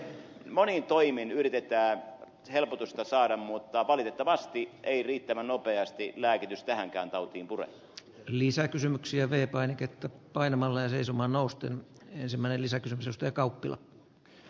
monin toimin yritetään helpotusta saada mutta valitettavasti ei riittävän nopeasti lääkitys tähänkään tautiin pure lisäkysymyksiäwe painiketta painamalla seisomaan nousten ensimmäisen lypsystä kauppila